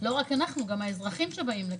גם האזרחים שבאים לפה.